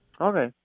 Okay